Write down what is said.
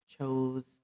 chose